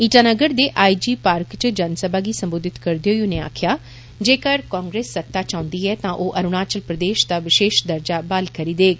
इटानगर दे I G park च जनसभा गी सम्बोधित करदे होई उनें आक्खेआ जेकर कांग्रेस सत्ता च औन्दी ऐ तां ओ अरुणाचल प्रदेष दा वषेश दर्जा ब्हाल करी देग